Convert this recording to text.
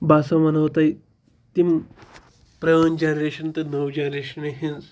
بہٕ ہَسا وَنو تۄہہِ تِم پرٲنۍ جَنریشَن تہٕ نٔو جَنریشنہِ ہِنٛز